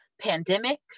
pandemic